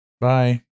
Bye